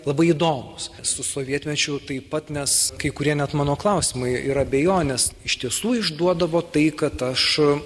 labai įdomūs su sovietmečiu taip pat nes kai kurie net mano klausimai ir abejonės iš tiesų išduodavo tai kad aš